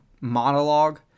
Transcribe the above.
monologue